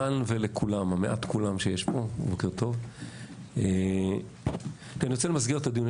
לכולן ולכולם, אני רוצה למסגר את הדיון.